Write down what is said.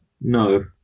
No